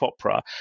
opera